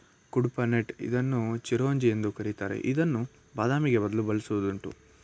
ಕುಡ್ಪನಟ್ ಇದನ್ನು ಚಿರೋಂಜಿ ಎಂದು ಕರಿತಾರೆ ಇದನ್ನು ಬಾದಾಮಿಗೆ ಬದಲು ಬಳಸುವುದುಂಟು